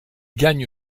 gagne